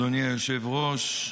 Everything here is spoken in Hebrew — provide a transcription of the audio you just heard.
אדוני היושב-ראש,